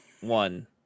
one